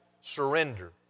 surrender